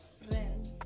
friends